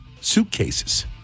Suitcases